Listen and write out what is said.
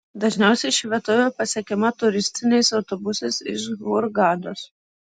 dažniausiai ši vietovė pasiekiama turistiniais autobusais iš hurgados